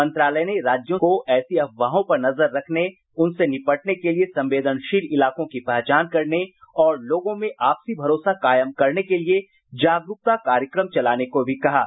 मंत्रालय ने राज्यों को ऐसी अफवाहों पर नजर रखने उनसे निपटने के लिए संवेदनशील इलाकों की पहचान करने और लोगों में आपसी भरोसा कायम करने के लिए जागरूकता कार्यक्रम चलाने को भी कहा है